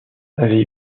avait